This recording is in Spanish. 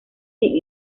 sin